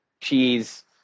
cheese